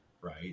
right